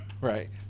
right